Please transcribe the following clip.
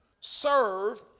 serve